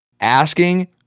asking